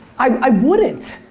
i wouldn't.